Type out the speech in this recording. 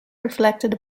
reflected